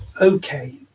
Okay